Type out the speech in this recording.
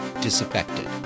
disaffected